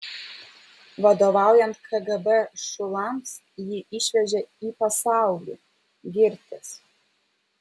vadovaujant kgb šulams jį išvežė į pasaulį girtis